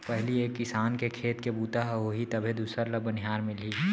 पहिली एक किसान के खेत के बूता ह होही तभे दूसर ल बनिहार मिलही